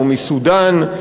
או מסודאן,